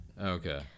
Okay